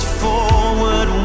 forward